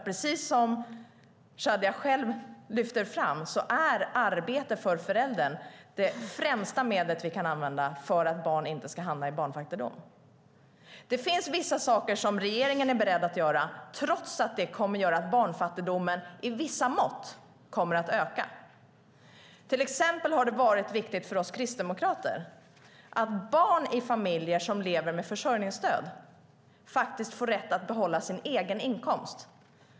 Precis som Shadiye Heydari själv lyfter fram är arbete för föräldern det främsta medel vi kan använda för att barn inte ska hamna i barnfattigdom. Det finns vissa saker som regeringen är beredd att göra trots att det kommer att göra att barnfattigdomen i vissa mått kommer att öka. Till exempel har det varit viktigt för oss kristdemokrater att barn i familjer som lever med försörjningsstöd får rätt att behålla sin egen inkomst.